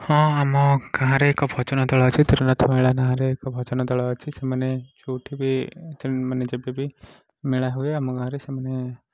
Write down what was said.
ହଁ ଆମ ଗାଁରେ ଏକ ଭଜନ ଦଳ ଅଛି ତ୍ରିନାଥ ମେଳା ନା ରେ ଏକ ଭଜନ ଦଳ ଅଛି ସେମାନେ ଯେଉଁଠି ବି ମାନେ ଯେବେ ବି ମେଳା ହୁଏ ଆମ ଗାଁରେ ସେମାନେ